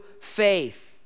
faith